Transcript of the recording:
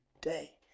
day